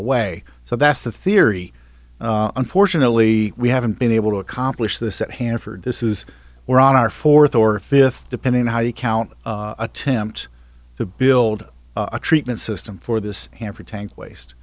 away so that's the theory unfortunately we haven't been able to accomplish this at hanford this is we're on our fourth or fifth depending on how you count attempts to build a treatment system for this hanford tank waste